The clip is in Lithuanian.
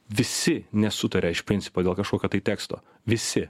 visi nesutaria iš principo dėl kažkokio tai teksto visi